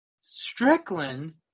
Strickland